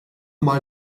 mal